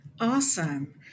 Awesome